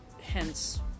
Hence